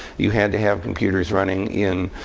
you had to have computers running in